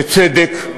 בצדק,